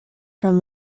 from